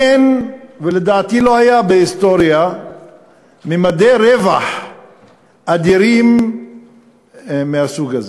אין ולדעתי לא היה בהיסטוריה ממדי רווח אדירים מהסוג הזה.